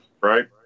Right